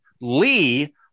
Lee